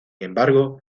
embargo